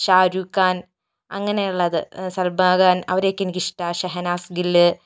ഷാരൂഖ് ഖാന് അങ്ങനെ ഉള്ളത് സൽമാൻ ഖാന് അവരെയൊക്കെ എനിക്കിഷ്ടമാ ഷെഹനാസ് ഗില്ല്